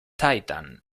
titan